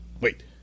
Wait